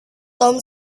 tom